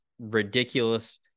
ridiculous